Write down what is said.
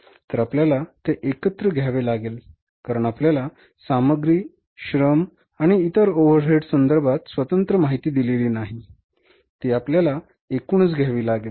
तर आपल्याला ते एकत्र घ्यावे लागेल कारण आपल्याला सामग्री श्रम आणि इतर ओव्हरहेडसंदर्भात स्वतंत्र माहिती दिलेली नाही ती आपल्याला एकूणच घ्यावी लागेल